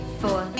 four